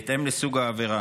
בהתאם לסוג העבירה.